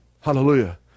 Hallelujah